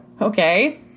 Okay